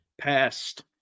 passed